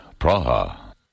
Praha